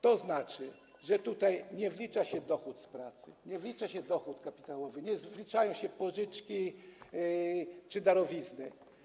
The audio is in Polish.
To znaczy, że tutaj nie wlicza się dochód z pracy, nie wlicza się dochód kapitałowy, nie wliczają się pożyczki czy darowizny.